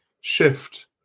shift